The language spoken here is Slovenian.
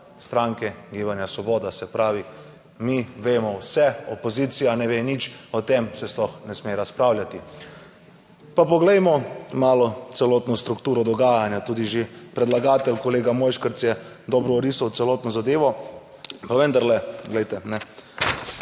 stranke Gibanja Svoboda, se pravi, mi vemo vse, opozicija ne ve nič, o tem se sploh ne sme razpravljati. Pa poglejmo malo celotno strukturo dogajanja. Tudi že predlagatelj kolega Mojškerc je dobro orisal celotno zadevo, pa vendarle glejte, ne.